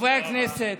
חברי הכנסת,